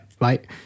right